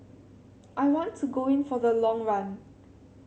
I want to go in for the long run